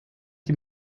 die